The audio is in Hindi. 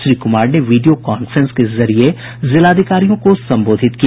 श्री कुमार ने वीडियो कांफ्रेंस के जरिये जिलाधिकारियों को संबोधित किया